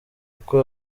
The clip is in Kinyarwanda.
uko